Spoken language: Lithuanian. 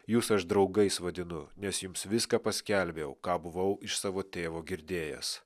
jus aš draugais vadinu nes jums viską paskelbiau ką buvau iš savo tėvo girdėjęs